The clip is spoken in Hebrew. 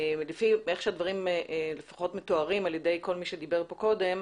לפי איך שהדברים מתוארים על ידי כל מי שדיבור פה קודם,